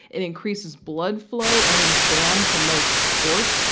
it increases blood flow, and it is banned from most sports.